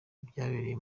ibyabereye